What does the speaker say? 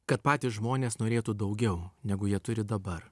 kad patys žmonės norėtų daugiau negu jie turi dabar